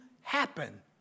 happen